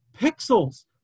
pixels